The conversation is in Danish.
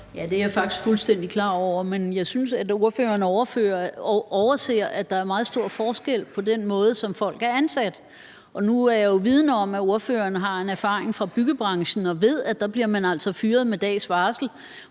Det er jeg faktisk fuldstændig klar over, men jeg synes, at ordføreren overser, at der er meget stor forskel på den måde, som folk er ansat på. Nu er jeg jo vidende om, at ordføreren har en erfaring fra byggebranchen og ved, at dér bliver man altså fyret med dags varsel,